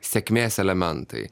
sėkmės elementai